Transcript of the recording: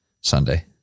Sunday